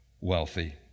wealthy